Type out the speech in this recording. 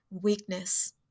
weakness